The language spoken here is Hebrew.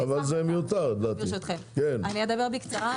בבקשה.